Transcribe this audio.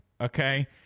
Okay